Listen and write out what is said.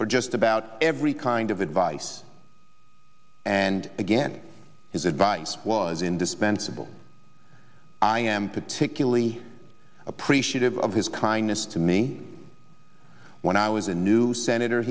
for just about every kind of advice and again his advice was indispensable i am particularly appreciative of his kindness to me when i was a new senator